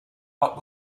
but